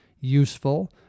useful